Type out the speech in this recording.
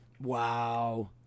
Wow